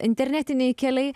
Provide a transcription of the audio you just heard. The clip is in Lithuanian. internetiniai keliai